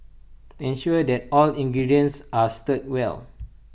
ensure that all ingredients are stirred well